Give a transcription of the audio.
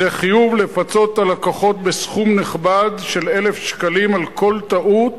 חיוב לפצות את הלקוחות בסכום נכבד של 1,000 שקלים על כל טעות